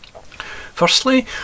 Firstly